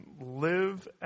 live